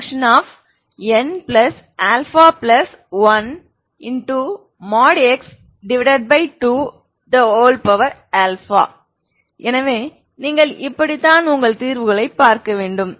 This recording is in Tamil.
Γnα1x2 எனவே நீங்கள் இப்படித்தான் உங்கள் தீர்வுகளைப் பார்க்க வேண்டும்